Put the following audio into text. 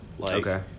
Okay